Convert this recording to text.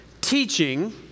teaching